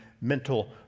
mental